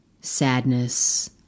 sadness